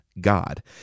God